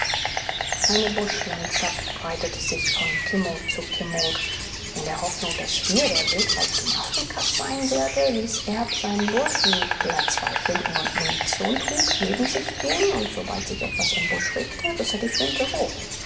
eine buschlandschaft breitete sich von kimmung zu kimmung in der hoffnung daß hier der wildreichtum ostafrikas sein werde ließ erb seinen burschen der zwei flinten und munition trug neben sich gehen und sobald sich etwas im busch regte riß er die flinte hoch